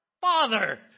Father